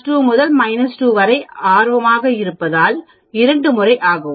2 முதல் 2 வரை ஆர்வமாக இருப்பதால் 2 முறை ஆகவும்